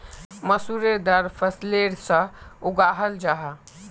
मसूरेर दाल फलीर सा उगाहल जाहा